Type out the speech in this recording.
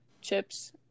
chips